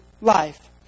life